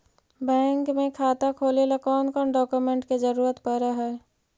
Bank में खाता खोले ल कौन कौन डाउकमेंट के जरूरत पड़ है?